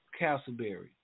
Castleberry